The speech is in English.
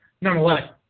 nonetheless